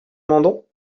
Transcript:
mandon